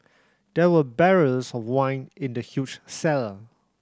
there were barrels of wine in the huge cellar